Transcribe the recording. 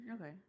Okay